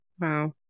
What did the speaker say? Wow